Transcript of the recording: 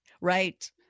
right